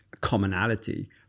commonality